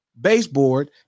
baseboard